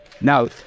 now